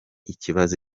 ikibazo